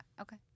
Okay